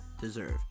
deserve